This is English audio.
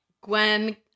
Gwen